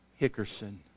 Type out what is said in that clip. Hickerson